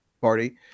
party